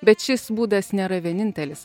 bet šis būdas nėra vienintelis